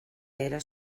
era